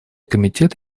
комитет